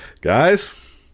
guys